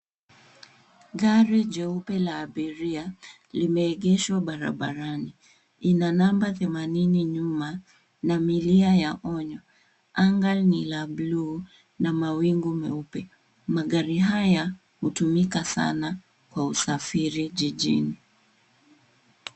Gari jeupe la abiria limeegeshwa barabarani. Ina namba themanini nyuma na milia ya onyo. Anga ni ya buluu na mawingu meupe. Magari haya hutumika sana kwa usafiri jijini.